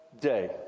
day